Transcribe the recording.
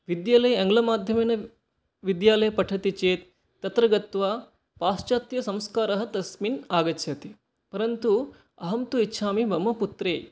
विद्यालये आङ्ग्लमाध्यमेन विद्यालये पठति चेत् तत्र गत्वा पाश्चात्यसंस्कारः तस्मिन् आगच्छति परन्तु अहं तु इच्छामि मम पुत्रे